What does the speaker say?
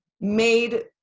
made